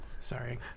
sorry